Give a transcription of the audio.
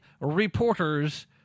reporters